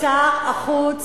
הם מופרעים,